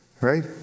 Right